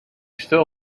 still